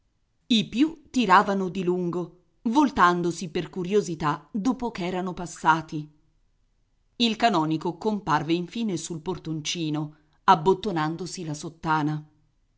i più tiravano di lungo voltandosi per curiosità dopo ch'erano passati il canonico comparve infine sul portoncino abbottonandosi la sottana